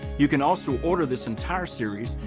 you can also order this entire series,